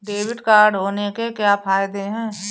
Debit card होने के क्या फायदे हैं?